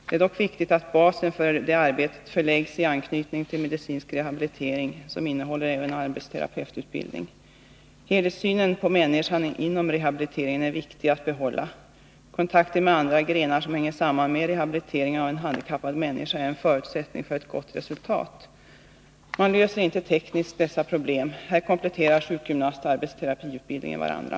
Det är dock viktigt att basen för det arbetet förläggs i anknytning till medicinsk rehabilitering, som innehåller även arbetsterapeututbildning. Den helhetssyn på människan som finns inom rehabiliteringen är viktig att behålla, och kontakten med andra grenar som hänger samman med rehabilitering av en handikappad människa är en förutsättning för ett gott resultat. Man löser inte dessa problem tekniskt, utan här kompletterar sjukgymnastoch arbetsterapiutbildningarna varandra.